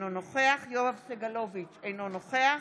אינו נוכח יואב סגלוביץ' אינו נוכח